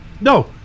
No